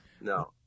no